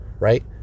Right